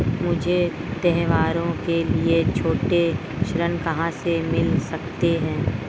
मुझे त्योहारों के लिए छोटे ऋण कहां से मिल सकते हैं?